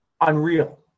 unreal